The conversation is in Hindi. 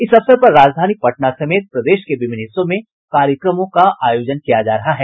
इस अवसर राजधानी पटना समेत प्रदेश के विभिन्न हिस्सों में कार्यक्रमों का आयोजन किया जा रहा है